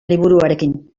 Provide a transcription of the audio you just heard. liburuarekin